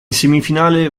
semifinale